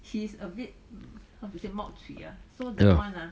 ya lah